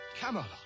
Camelot